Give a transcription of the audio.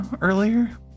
earlier